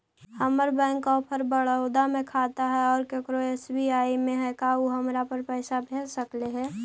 हमर bank of Baroda में खाता है और केकरो एस.बी.आई में है का उ हमरा पर पैसा भेज सकले हे?